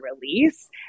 release